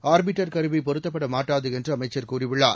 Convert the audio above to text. orbiter கருவிபொருத்தப்படமாட்டாதுஎன்றுஅமைச்சர் கூறியுள்ளார்